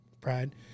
pride